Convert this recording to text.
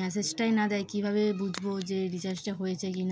মেসেজটাই না দেয় কীভাবে বুঝব যে রিচার্জটা হয়েছে কি না